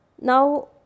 Now